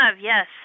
yes